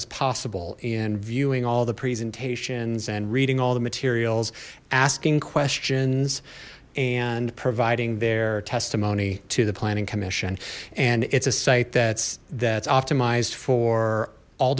as possible in viewing all the presentations and reading all the materials asking questions and providing their testimony to the planning commission and it's a site that's that's optimized for all